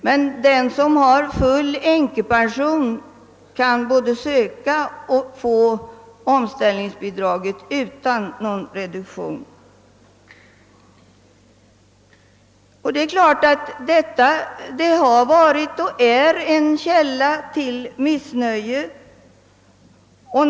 Den som däremot har full änkepension kan både söka och få omställningsbidrag utan någon reduktion. Det är klart att det har varit och är en källa till missnöje.